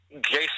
Jason